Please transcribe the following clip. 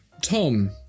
Tom